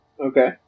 Okay